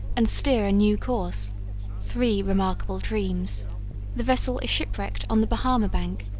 and steer a new course three remarkable dreams the vessel is shipwrecked on the bahama bank,